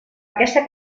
aquesta